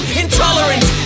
intolerance